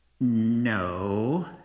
No